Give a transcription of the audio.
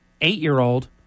eight-year-old